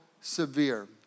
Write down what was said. severe